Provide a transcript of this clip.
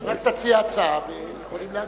רק תציע הצעה ויכולים להגביל.